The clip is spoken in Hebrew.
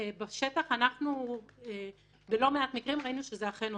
בשטח בלא מעט מקרים ראינו שזה אכן עוזר.